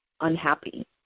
unhappy